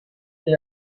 they